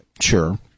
Sure